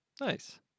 Nice